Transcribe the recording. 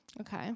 okay